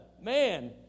man